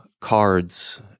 cards